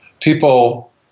people